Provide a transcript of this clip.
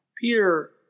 Peter